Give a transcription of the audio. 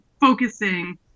focusing